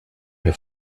your